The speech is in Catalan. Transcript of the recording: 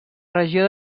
regió